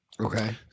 Okay